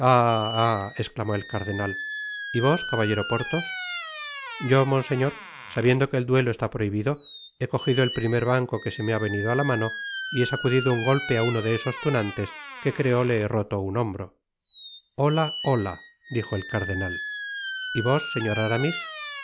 esclamó el cardenal y vos caballero porthos yo monseñor sabiendo que el duelo está prohibido he cogido el primer banco que se me ha venido á la mano y he sacudido un golpe á uno de esos tunantes que creo le he roto un hombro hola hola dijo el cardenal y vos señor aramis